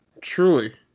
Truly